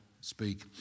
speak